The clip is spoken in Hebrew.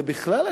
ובכלל,